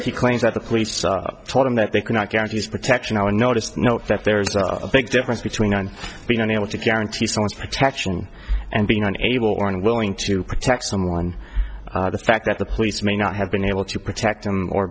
him he claims that the police told him that they cannot guarantee protection i noticed know that there is a big difference between on being unable to guarantee someone's protection and being unable or unwilling to protect someone the fact that the police may not have been able to protect him or